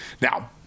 Now